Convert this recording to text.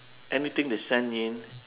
anything that's send in